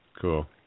Cool